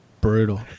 brutal